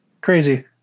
Crazy